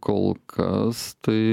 kol kas tai